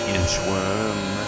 Inchworm